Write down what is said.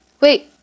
Wait